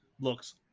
looks